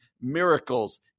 miracles